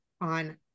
on